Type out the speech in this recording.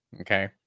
Okay